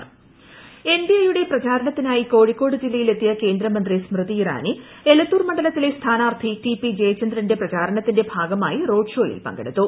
Smriti Irani Kozhikode N D A യുടെ പ്രചാരണത്തിനായി കോഴിക്കോട് ജില്ലയിലെത്തിയ കേന്ദ്രമന്ത്രി സ്മൃതി ഇറാനി എലത്തൂർ മണ്ഡലത്തിലെ സ്ഥാനാർഥി ടി പി ജയചന്ദ്രന്റെ പ്രചാരണത്തിന്റെ ഭാഗമായി റോഡ് ഷോയിൽ പങ്കെടുത്തു